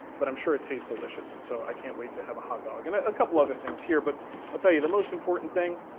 but i'm sure it tastes delicious so i can't wait to have a hot dog. and a couple other things here, but i'll tell ya, the most important thing,